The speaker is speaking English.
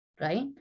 Right